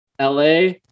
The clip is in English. LA